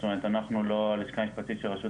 זאת אומרת אנחנו לא הלשכה המשפטית של רשות